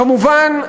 כמובן,